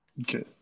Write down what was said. Okay